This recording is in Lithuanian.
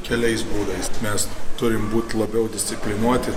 keliais būdais mes turim būt labiau disciplinuoti